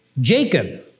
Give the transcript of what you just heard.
Jacob